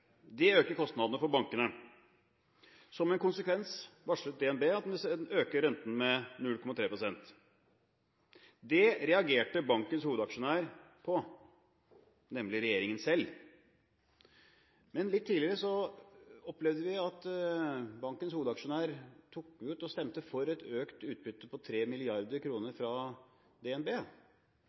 Det øker kostnadene for bankene. Som en konsekvens varslet DNB at den vil øke renten med 0,3 pst. Det reagerte bankens hovedaksjonær på, nemlig regjeringen selv. Men litt tidligere opplevde vi at bankens hovedaksjonær tok ut og stemte for et økt utbytte på 3 mrd. kr fra DNB.